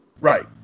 Right